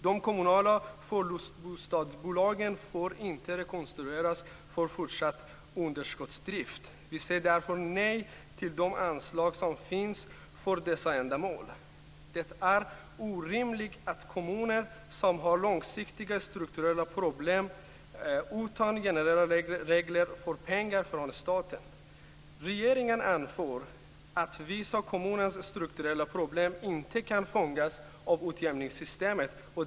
De kommunala förlustbostadsbolagen får inte rekonstrueras för fortsatt underskottsdrift. Vi säger därför nej till de anslag som finns för dessa ändamål. Det är orimligt att kommuner som har långsiktiga strukturella problem utan generella regler får pengar från staten. Regeringen anför att vissa av kommunernas strukturella problem inte kan fångas av utjämningssystemet.